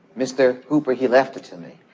mr. hooper he left it to me.